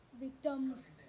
victims